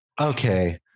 okay